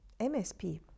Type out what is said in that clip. MSP